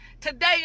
Today